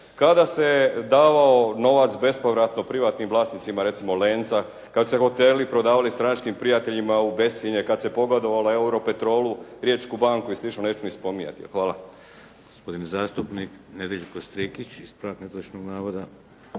Kada se davao novac bespovratno privatnim vlasnicima recimo Lenca, kad su se hoteli prodavali stranačkim prijateljima u bescijenje, kad se pogodovalo Euro Petrolu, Riječku banku i slično neću ni spominjati. Hvala.